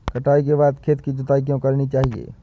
कटाई के बाद खेत की जुताई क्यो करनी चाहिए?